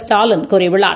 ஸ்டாலின் கூறியுள்ளார்